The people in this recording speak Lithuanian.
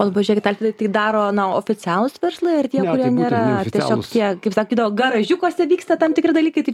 o dabar tai žiūrėkit alfredai tai daro na oficialūs verslai ir tiems kurie nėra tie kurie nėra tiesiog tie kaip sakydavo garažiukuose vyksta tam tikri dalykai tai